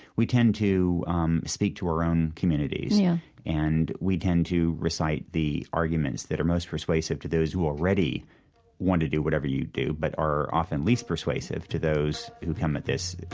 we tend to um speak to our own communities yeah and we tend to recite the arguments that are most persuasive to those who already want to do whatever you do, but are often least persuasive to those who come at this